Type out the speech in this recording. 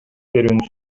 берүүнү